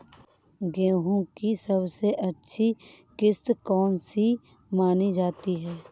गेहूँ की सबसे अच्छी किश्त कौन सी मानी जाती है?